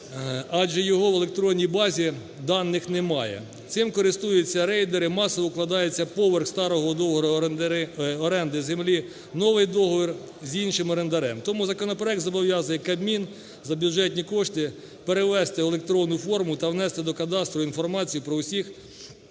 адже його в електронній базі даних немає. Цим користуються рейдери, масово укладається поверх старого договору оренди землі новий договір з іншим орендарем. Тому законопроект зобов'язує Кабмін, за бюджетні кошти, перевести в електронну форму та внести до кадастру інформацію про усі